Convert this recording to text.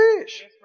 fish